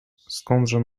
skądże